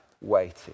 waited